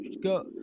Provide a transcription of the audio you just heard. go